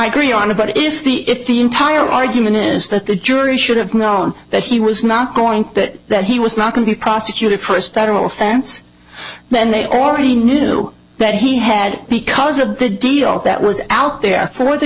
agree on it but if the if the entire argument is that the jury should have known that he was not going to get that he was not going to be prosecuted first federal offense then they already knew that he had because of the deal that was out there for the